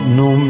no